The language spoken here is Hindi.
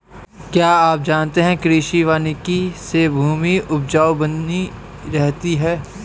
क्या आप जानते है कृषि वानिकी से भूमि उपजाऊ बनी रहती है?